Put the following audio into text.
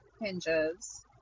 hinges